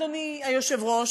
אדוני היושב-ראש,